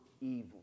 evil